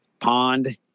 pond